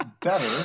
better